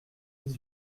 dix